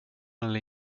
eller